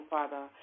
Father